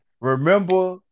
remember